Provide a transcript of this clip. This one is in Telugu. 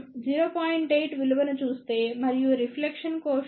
8 విలువను చూస్తే మరియు రిఫ్లెక్షన్ కోఎఫీషియంట్ S11కు సమానం ఇది 0